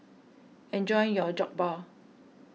enjoy your Jokbal